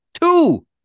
Two